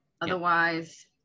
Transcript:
Otherwise